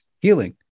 healing